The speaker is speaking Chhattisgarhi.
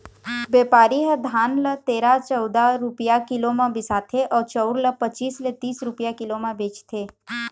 बेपारी ह धान ल तेरा, चउदा रूपिया किलो म बिसाथे अउ चउर ल पचीस ले तीस रूपिया किलो म बेचथे